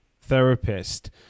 therapist